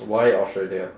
why australia